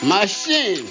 Machine